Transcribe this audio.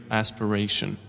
aspiration